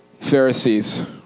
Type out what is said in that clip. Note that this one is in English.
Pharisees